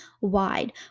wide